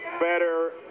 better